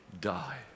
die